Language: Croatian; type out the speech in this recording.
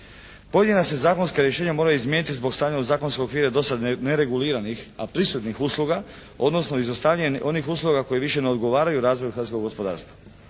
Pojedina se zakonska rješenja moraju izmijeniti zbog stanja …/Govornik se ne razumije./… dosad nereguliranih, a prisutnih usluga, odnosno izostavljanje onih usluga koji više ne odgovaraju razvoju hrvatskog gospodarstva.